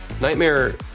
Nightmare